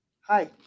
Hi